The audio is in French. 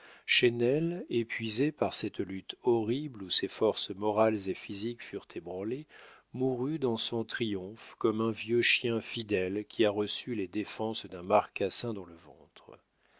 épuisé par cette lutte horrible où ses forces morales et physiques furent ébranlées mourut dans son triomphe comme un vieux chien fidèle qui a reçu les défenses d'un marcassin dans le ventre